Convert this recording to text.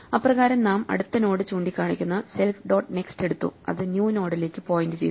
അപ്രകാരം നാം അടുത്ത നോഡ് ചൂണ്ടിക്കാണിക്കുന്ന സെൽഫ് ഡോട്ട് നെക്സ്റ്റ് എടുത്തു അത് ന്യൂ നോഡിലേക്കു പോയിന്റ് ചെയ്യുന്നു